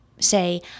say